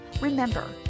Remember